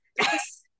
yes